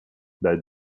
dai